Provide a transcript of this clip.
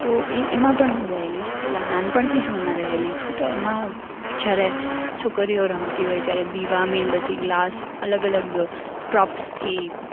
તો એ એમાં પણ હું રહેલી છું પહેલાં નાનપણથી જ હું એમાં રહેલી છું તો એમાં જ્યારે છોકરીઓ રમતી હોય ત્યારે દીવા મીણબત્તી ગ્લાસ અલગ અલગ પ્રોપ્સથી